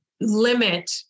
limit